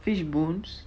fish bones